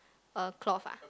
a cloth ah